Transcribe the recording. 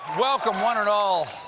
welcome one and all.